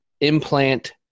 implant